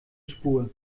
spur